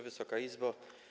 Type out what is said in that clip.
Wysoka Izbo!